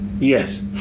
Yes